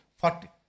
forty